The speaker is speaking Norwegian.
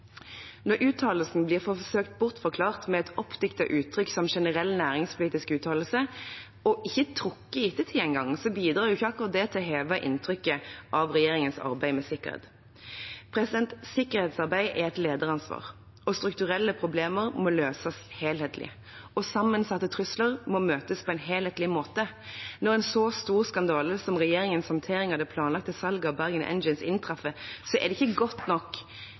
Når uttalelsen blir forsøkt bortforklart med et oppdiktet uttrykk som «generell næringspolitisk uttalelse», og ikke engang trukket i ettertid, bidrar ikke akkurat det til å heve inntrykket av regjeringens arbeid med sikkerhet. Sikkerhetsarbeid er et lederansvar, og strukturelle problemer må løses helhetlig. Sammensatte trusler må også møtes på en helhetlig måte. Når en så stor skandale som regjeringens håndtering av det planlagte salget av Bergen Engines inntreffer, er det ikke godt nok